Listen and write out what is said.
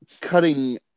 cutting